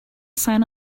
sign